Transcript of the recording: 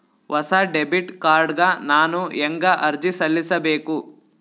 ಹೊಸ debit card ಗ ನಾನು ಹೆಂಗ ಅರ್ಜಿ ಸಲ್ಲಿಸಬೇಕು?